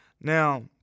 Now